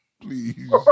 Please